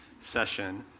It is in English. session